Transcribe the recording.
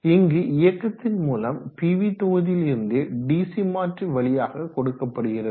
இங்கு இயக்கத்தின் மூலம் பிவி தொகுதியிலிருந்து டிசி மாற்றி வழியாக கொடுக்கப்படுகிறது